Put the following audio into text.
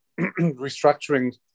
restructuring